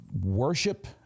worship